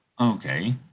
Okay